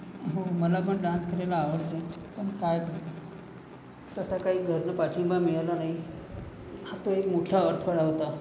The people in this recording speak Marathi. हो मलापण डान्स करायला आवडते पण काय तसं काही घरनं पाठिंबा मिळाला नाही तो एक मोठा अडथळा होता